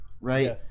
right